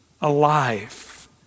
alive